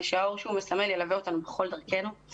ושהאור שהוא מסמל ילווה אותנו בכל דרכינו.